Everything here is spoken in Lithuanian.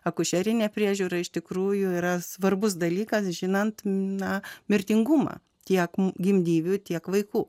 akušerinė priežiūra iš tikrųjų yra svarbus dalykas žinant na mirtingumą tiek gimdyvių tiek vaikų